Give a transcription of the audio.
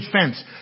fence